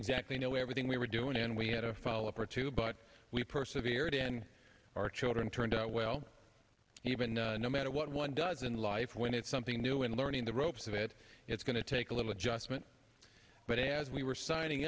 exactly know everything we were doing and we had a fall apart too but we persevered and our children turned out well even though no matter what one does in life when it's something new and learning the ropes of it it's going to take a little adjustment but as we were signing